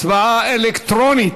הצבעה אלקטרונית.